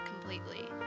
completely